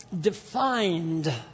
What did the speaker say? defined